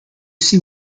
see